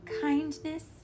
kindness